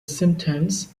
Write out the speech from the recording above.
symptoms